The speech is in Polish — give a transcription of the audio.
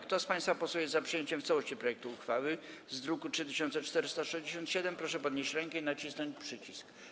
Kto z państwa posłów jest za przyjęciem w całości projektu uchwały z druku nr 3467, proszę podnieść rękę i nacisnąć przycisk.